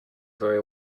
very